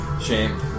Shame